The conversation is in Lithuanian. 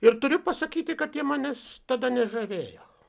ir turiu pasakyti kad jie manęs tada nežavėjo